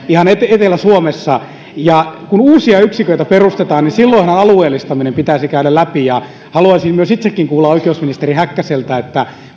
ihan etelä suomessa kun uusia yksiköitä perustetaan niin silloinhan alueellistaminen pitäisi käydä läpi haluaisin itsekin kuulla oikeusministeri häkkäseltä